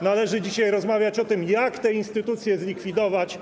Należy dzisiaj rozmawiać o tym, jak tę instytucję zlikwidować.